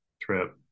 trip